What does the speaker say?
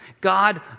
God